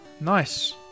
nice